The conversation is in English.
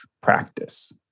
practice